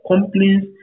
companies